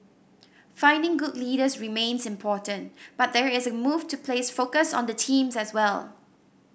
finding good leaders remains important but there is a move to place focus on the team as well